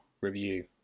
review